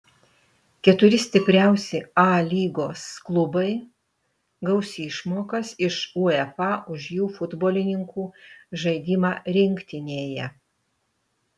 keturi stipriausi a lygos klubai gaus išmokas iš uefa už jų futbolininkų žaidimą rinktinėje